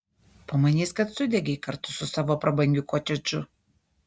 pamanys kad sudegei kartu su savo prabangiu kotedžu